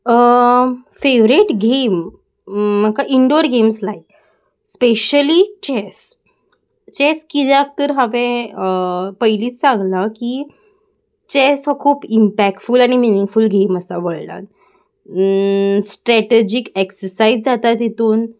favourite game म्हाका indoor games like specially chess chess कित्याक तर हांवें पयलींच सांगलां की चॅस हो खूब इम्पॅक्टफूल आनी मिनींगफूल गेम आसा वल्डान स्ट्रेटजीक एक्ससायज जाता तितून